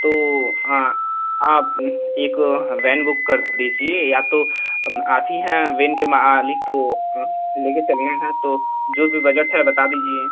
तो आप एक वैन बुक कर दीजिए या तो आप ही हैं वेन के मालिक तो ले कर चलना है तो जो भी बजट है बता दीजिए